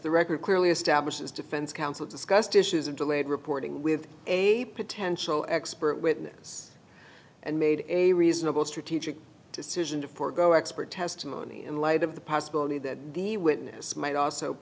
the record clearly establishes defense counsel discussed issues of delayed reporting with a potential expert witness and made a reasonable strategic decision to forego expert testimony in light of the possibility that the witness might also